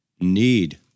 need